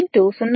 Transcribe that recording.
కాబట్టి 1